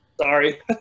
Sorry